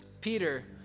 Peter